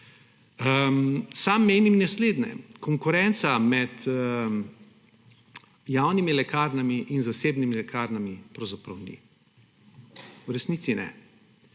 Sam menim naslednje. Konkurence med javnimi lekarnami in zasebnimi lekarnami pravzaprav ni, v resnici ne.